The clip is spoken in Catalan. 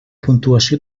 puntuació